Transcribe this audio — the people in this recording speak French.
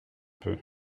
peu